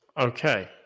Okay